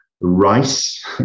rice